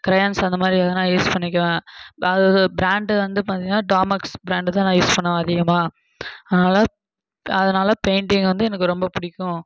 crayons அந்த மாதிரி எதுனா யூஸ் பண்ணிக்கிவேன் அது ப்ராண்டு வந்து பார்த்திங்கனா டாமெக்ஸ் ப்ராண்டு தான் நான் யூஸ் பண்ணுவேன் அதிகமாக அதனால அதனால பெயிண்ட்டிங் வந்து எனக்கு ரொம்ப பிடிக்கும்